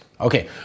Okay